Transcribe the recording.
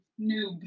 noob